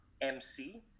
MC